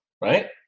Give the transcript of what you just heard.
right